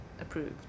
approved